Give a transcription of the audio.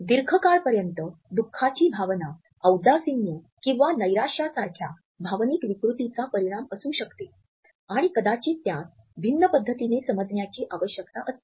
दीर्घकाळापर्यंत दुखाची भावना औदासिन्य किंवा नैराश्यासारख्या भावनिक विकृतीचा परिणाम असू शकते आणि कदाचित त्यास भिन्न पद्धतीने समजण्याची आवश्यकता असते